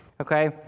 Okay